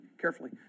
carefully